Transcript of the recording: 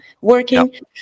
working